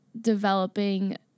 developing